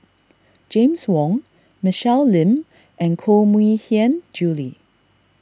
James Wong Michelle Lim and Koh Mui Hiang Julie